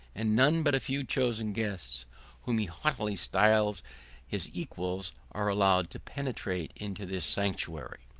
and none but a few chosen guests whom he haughtily styles his equals are allowed to penetrate into this sanctuary.